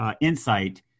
Insight